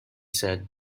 said